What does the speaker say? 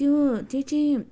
यो त्यत्ति